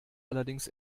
allerdings